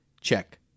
check